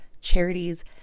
charities